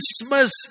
Christmas